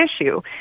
issue